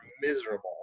miserable